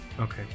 okay